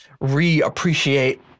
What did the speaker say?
re-appreciate